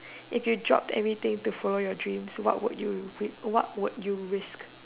if you dropped anything to follow your dreams what would you what would you risk